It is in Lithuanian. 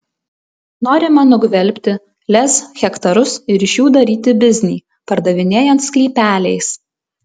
norima nugvelbti lez hektarus ir iš jų daryti biznį pardavinėjant sklypeliais